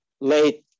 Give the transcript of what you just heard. late